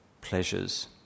pleasures